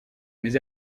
mais